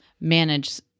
manage